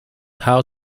how